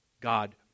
God